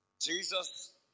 Jesus